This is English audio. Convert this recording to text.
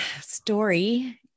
story